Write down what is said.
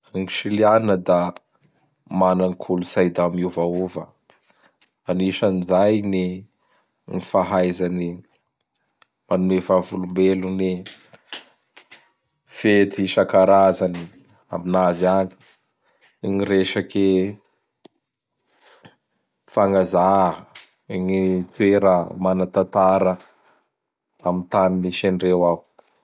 Gny Silianina da mana gny kolotsay da miovaova. Ansian'izay ny gny fahaizany manome vavolombelo ny fety isan-karazany aminazy agny. Gny resaky fagnajà gny toera mana tatara am tany misy andreo ao.